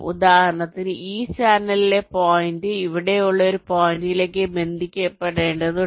ഉദാഹരണത്തിന് ഈ ചാനലിലെ പോയിന്റ് ഇവിടെയുള്ള ഒരു പോയിന്റിലേക്ക് ബന്ധിപ്പിക്കേണ്ടതുണ്ട്